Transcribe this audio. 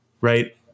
Right